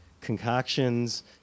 concoctions